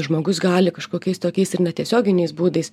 žmogus gali kažkokiais tokiais ir netiesioginiais būdais